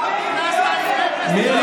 בוז.